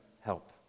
help